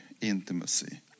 intimacy